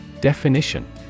Definition